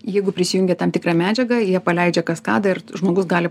jeigu prisijungia tam tikra medžiaga jie paleidžia kaskadą ir žmogus gali